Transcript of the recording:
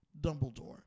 Dumbledore